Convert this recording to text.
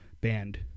banned